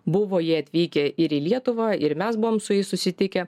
buvo jie atvykę ir į lietuvą ir mes buvom su jais susitikę